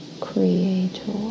Creator